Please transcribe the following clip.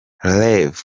rev